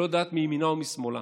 שלא יודעת מימינה ומשמאלה.